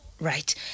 right